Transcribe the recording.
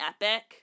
epic